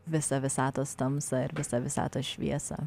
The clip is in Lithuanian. visą visatos tamsą ir visą visatos šviesą